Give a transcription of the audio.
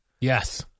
Yes